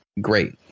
great